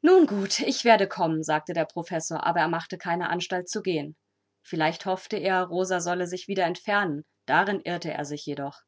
nun gut ich werde kommen sagte der professor aber er machte keine anstalt zu gehen vielleicht hoffte er rosa solle sich wieder entfernen darin irrte er sich jedoch